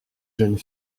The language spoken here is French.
jeune